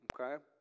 okay